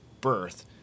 birth